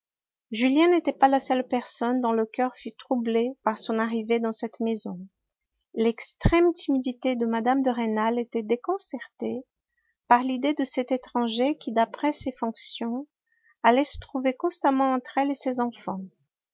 julien n'était pas la seule personne dont le coeur fût troublé par son arrivée dans cette maison l'extrême timidité de mme de rênal était déconcertée par l'idée de cet étranger qui d'après ses fonctions allait se trouver constamment entre elle et ses enfants